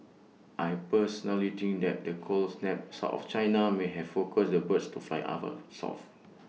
I personally think that the cold snap south of China may have focused the birds to fly south